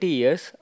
years